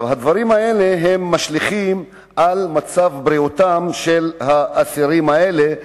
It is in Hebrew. הדברים האלה משפיעים על מצב בריאותם של האסירים האלה,